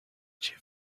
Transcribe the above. chief